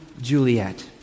Juliet